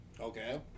Okay